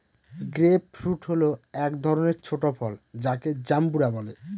grape fruit হল এক ধরনের ছোট ফল যাকে জাম্বুরা বলে